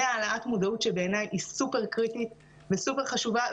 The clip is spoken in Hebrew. זו העלאת המודעות שבעיניי היא סופר קריטית וסופר חשובה,